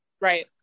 right